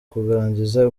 kurangiza